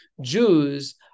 Jews